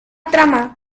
trama